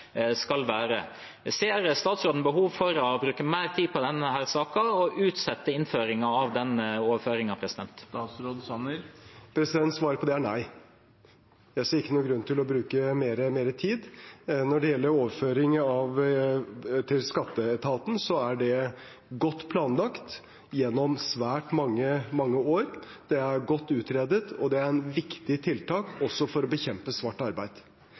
være. Ser statsråden behov for å bruke mer tid på denne saken og utsette innføringen av denne overføringen? Svaret på det er nei. Jeg ser ingen grunn til å bruke mer tid. Når det gjelder overføring til skatteetaten, så er det godt planlagt gjennom svært mange år. Det er godt utredet, og det er et viktig tiltak også for å bekjempe svart arbeid.